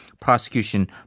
prosecution